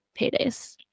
paydays